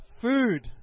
Food